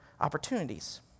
opportunities